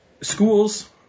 schools